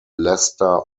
leicester